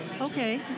Okay